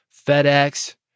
FedEx